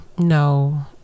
No